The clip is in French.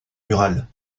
murales